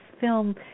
film